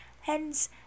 Hence